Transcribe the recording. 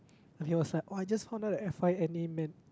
then he was like oh I just found out the F_Y_N_A meant